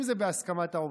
אם זה בהסכמת העובד.